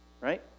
Right